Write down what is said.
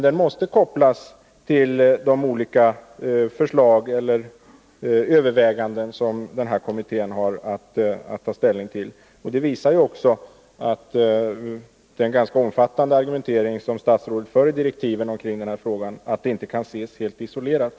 Den måste kopplas till de olika överväganden som den här kommittén har att ta ställning till. Den ganska omfattande argumentering kring den här frågan som statsrådet redovisar i direktiven visar ju också att den inte kan ses helt isolerad.